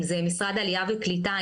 אם זה משרד העלייה והקליטה,